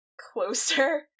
closer